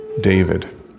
David